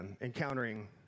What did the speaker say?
encountering